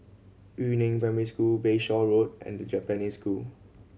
Yu Neng Primary School Bayshore Road and The Japanese School